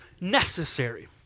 necessary